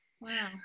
Wow